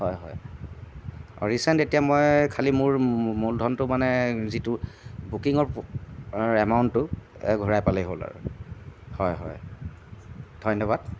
হয় হয় ৰিচেণ্ট এতিয়া মই খালী মোৰ মূলধনটো মানে যিটো বুকিঙৰ এমাউণ্টটো ঘূৰাই পালে হ'ল আৰু হয় হয় ধন্যবাদ